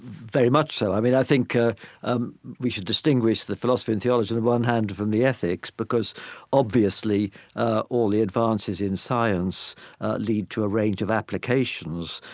very much so. i mean, i think ah ah we should distinguish that philosophy and theology on the one hand, from the ethics, because obviously ah all the advances in science lead to a range of applications,